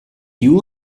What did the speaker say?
you